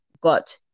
got